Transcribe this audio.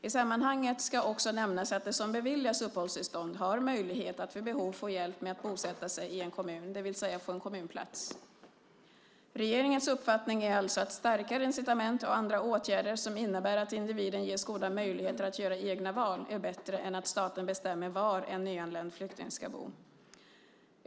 I sammanhanget ska också nämnas att de som beviljas uppehållstillstånd har möjlighet att vid behov få hjälp med att bosätta sig i en kommun, det vill säga få en kommunplats. Regeringens uppfattning är alltså att starkare incitament och andra åtgärder som innebär att individen ges goda möjligheter att göra egna val är bättre än att staten bestämmer var en nyanländ flykting ska bo.